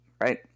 right